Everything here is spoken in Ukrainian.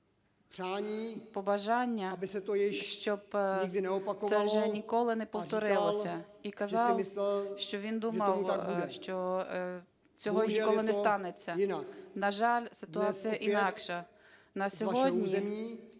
побажання, щоб це вже ніколи не повторилося, і казав, що він думав, що цього ніколи не станеться. На жаль, ситуація інакша, на сьогодні